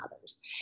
others